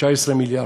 19 מיליארד,